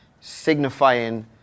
signifying